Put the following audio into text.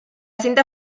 cinta